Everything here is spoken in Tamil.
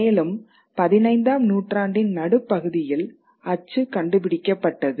மேலும் 15 ஆம் நூற்றாண்டின் நடுப்பகுதியில் அச்சு கண்டுபிடிக்கப்பட்டது